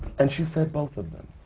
and she said, both of them.